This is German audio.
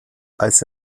als